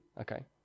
okay